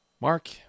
Mark